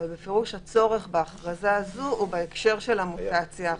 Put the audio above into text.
אבל הצורך בהכרזה הזו הוא בפירוש בהקשר של המוטציה החדשה.